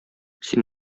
син